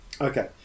Okay